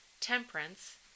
temperance